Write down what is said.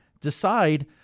decide